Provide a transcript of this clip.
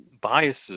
biases